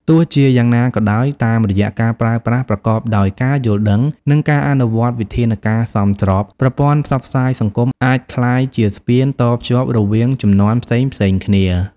ទោះជាយ៉ាងណាក៏ដោយ តាមរយៈការប្រើប្រាស់ប្រកបដោយការយល់ដឹង និងការអនុវត្តវិធានការសមស្រប ប្រព័ន្ធផ្សព្វផ្សាយសង្គមអាចក្លាយជាស្ពានតភ្ជាប់រវាងជំនាន់ផ្សេងៗគ្នា។